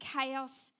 chaos